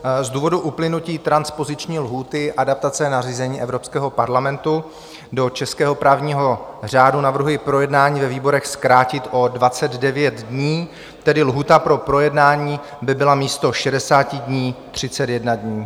Z důvodu uplynutí transpoziční lhůty adaptace nařízení Evropského parlamentu do českého právního řádu navrhuji projednání ve výborech zkrátit o 29 dní, tedy lhůta pro projednání by byla místo 60 dní 31 dní.